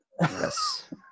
Yes